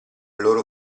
loro